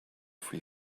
free